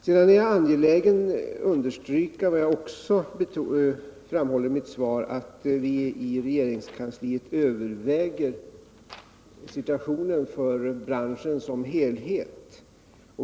Sedan är jag angelägen om att understryka vad jag också framhåller i mitt svar, att vi i regeringskansliet överväger situationen för branschen som helhet.